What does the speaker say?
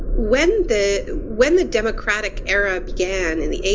when the when the democratic era began in the eighty